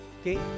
okay